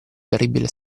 terribile